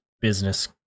business